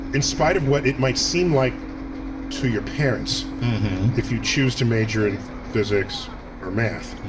in spite of what it might seem like to your parents if you choose to major in physics or math,